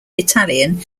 italian